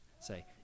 say